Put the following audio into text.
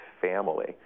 family